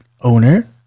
owner